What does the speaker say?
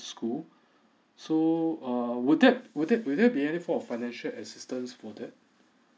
school so err would that would that will there be any form of financial assistance for that